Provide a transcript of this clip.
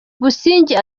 busingye